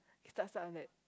we start start late